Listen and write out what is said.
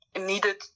needed